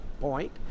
point